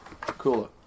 cooler